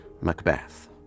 Macbeth